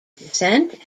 descent